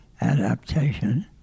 adaptation